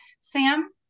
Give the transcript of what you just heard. Sam